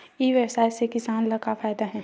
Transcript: ई व्यवसाय से किसान ला का फ़ायदा हे?